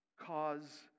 Cause